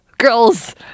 Girls